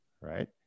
Right